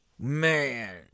man